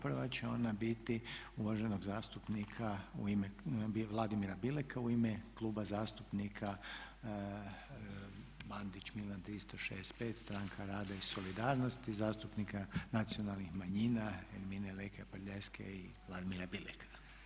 Prva će ona biti uvaženog zastupnika Vladimira Bileka u ime Kluba zastupnika Bandić Milan 365 – Stranka rada i solidarnosti zastupnika nacionalnih manjina Ermine Lekaj Prljaskaj i Vladimira Bileka.